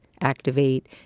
Activate